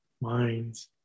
minds